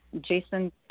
Jason